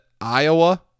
Iowa